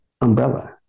umbrella